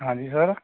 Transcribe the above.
हाँ जी सर